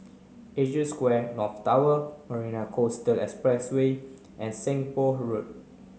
Asia Square North Tower Marina Coastal Expressway and Seng Poh Road